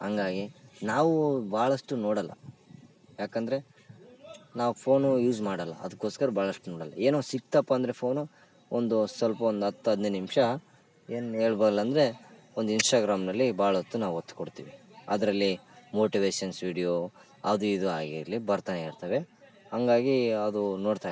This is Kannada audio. ಹಂಗಾಗಿ ನಾವು ಭಾಳಷ್ಟು ನೋಡೋಲ್ಲ ಯಾಕಂದರೆ ನಾವು ಫೋನು ಯೂಸ್ ಮಾಡೋಲ್ಲ ಅದ್ಕೋಸ್ಕರ ಭಾಳಷ್ಟು ನೋಡೋಲ್ಲ ಏನೋ ಸಿಕ್ಕಿತಪ್ಪ ಅಂದರೆ ಫೋನು ಒಂದು ಸ್ವಲ್ಪ ಒಂದು ಹತ್ತು ಹದಿನೈದು ನಿಮಿಷ ಏನು ಹೇಳ್ಬಲ್ ಅಂದರೆ ಒಂದು ಇನ್ಸ್ಟಾಗ್ರಾಮ್ನಲ್ಲಿ ಭಾಳ ಹೊತ್ತು ನಾವು ಹೊತ್ತ್ ಕೊಡ್ತೀವಿ ಅದರಲ್ಲಿ ಮೋಟಿವೇಶನ್ಸ್ ವಿಡಿಯೋ ಅದು ಇದು ಆಗಿರಲಿ ಬರ್ತಾನೇ ಇರ್ತವೆ ಹಂಗಾಗಿ ಅದು ನೋಡ್ತಾ ಇರ್ತೀನಿ